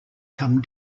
come